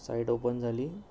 site open झाली